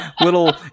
little